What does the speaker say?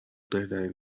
بهترین